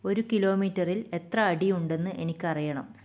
ഒരു കിലോമീറ്ററിൽ എത്ര അടി ഉണ്ടെന്ന് എനിക്കറിയണം